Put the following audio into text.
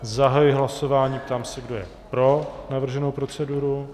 Zahajuji hlasování a ptám se, kdo je pro navrženou proceduru.